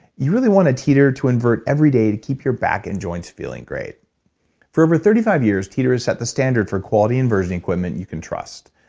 you really want to teeter to invert every day to keep your back and joints feeling great for over thirty five years teeter has set the standard for quality inversion equipment you can trust.